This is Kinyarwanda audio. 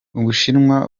ubushinwa